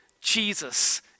Jesus